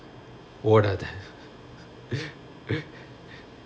ஓடாத:odaatha